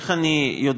איך אני יודע?